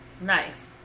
Nice